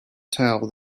towel